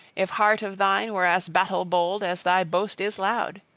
if heart of thine were as battle-bold as thy boast is loud!